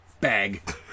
bag